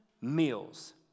meals